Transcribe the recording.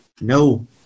No